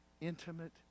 intimate